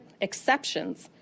exceptions